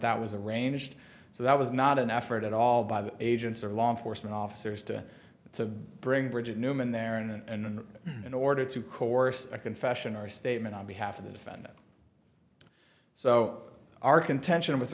that was arranged so that was not an effort at all by the agents or law enforcement officers to to bring bridget neuman there and in order to coerce a confession or statement on behalf of the defendant so our contention with